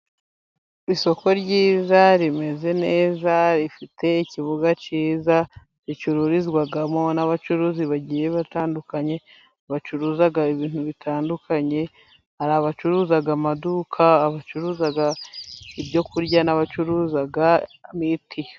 Isoko ryiza rimeze neza, rifite ikibuga cyiza gicururizwamo n'abacuruzi bagiye batandukanye, bacuruza ibintu bitandukanye hari abacuruza amaduka, bacuruza ibyo kurya, n'abacuruza imiti.